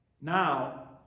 now